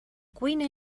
cuina